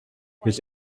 his